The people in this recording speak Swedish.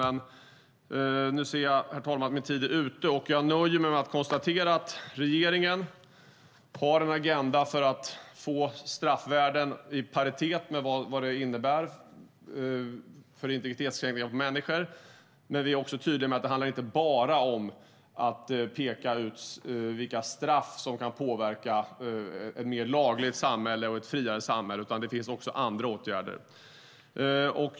Men min talartid är slut, och jag nöjer mig med att konstatera att regeringen har en agenda för att få straffvärden i paritet med integritetskränkningen av drabbade människor. Men vi är också tydliga med att det inte bara handlar om att peka ut vilka straff som kan påverka på ett sådant sätt att samhället blir mer lagligt och friare. Det finns även andra åtgärder.